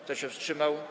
Kto się wstrzymał?